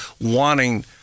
wanting